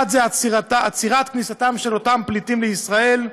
אחד זה עצירת כניסתם של אותם פליטים לישראל,